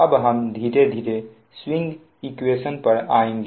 अब हम धीरे धीरे स्विंग इक्वेशन पर आएंगे